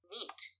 Neat